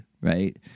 Right